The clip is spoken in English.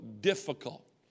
difficult